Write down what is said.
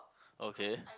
okay